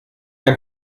ein